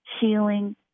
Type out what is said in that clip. healing